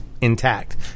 intact